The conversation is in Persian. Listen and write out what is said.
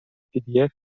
pdf